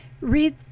read